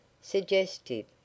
suggestive